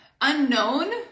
unknown